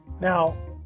now